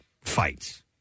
fights